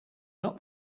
not